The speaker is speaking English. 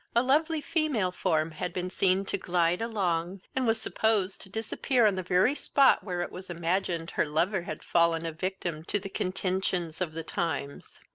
a lovely female form had been seen to glide along, and was supposed to disappear on the very spot where it was imagined her lover had fallen a victim to the contentions of the times.